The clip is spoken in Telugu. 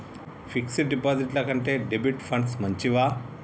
ఫిక్స్ డ్ డిపాజిట్ల కంటే డెబిట్ ఫండ్స్ మంచివా?